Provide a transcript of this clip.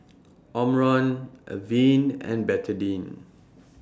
Omron Avene and Betadine